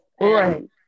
right